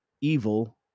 evil